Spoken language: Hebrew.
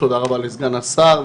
תודה רבה לסגן השר,